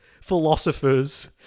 philosophers